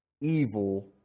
Evil